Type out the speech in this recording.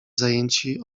zajęci